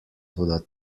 toda